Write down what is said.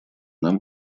нам